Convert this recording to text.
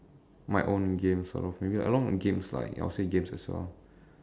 my own game sort of maybe like along games lah I would say games as well